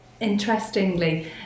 Interestingly